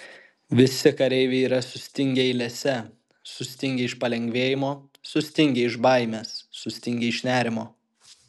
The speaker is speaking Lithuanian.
visi kareiviai yra sustingę eilėse sutingę iš palengvėjimo sustingę iš baimės sustingę iš nerimo